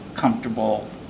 comfortable